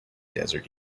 desert